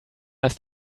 ist